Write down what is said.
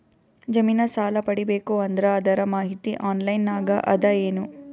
ಜಮಿನ ಸಾಲಾ ಪಡಿಬೇಕು ಅಂದ್ರ ಅದರ ಮಾಹಿತಿ ಆನ್ಲೈನ್ ನಾಗ ಅದ ಏನು?